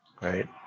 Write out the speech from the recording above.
Right